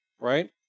right